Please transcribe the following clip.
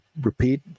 repeat